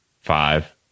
Five